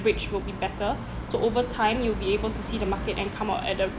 average will be better so over time you'll be able to see the market and come out at the